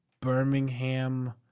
Birmingham